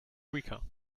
weaker